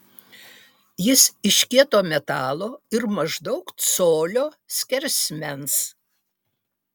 jis iš kieto metalo ir maždaug colio skersmens